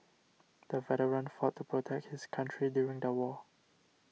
the veteran fought to protect his country during the war